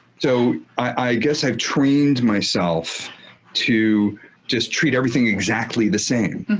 so, i guess i've trained myself to just treat everything exactly the same.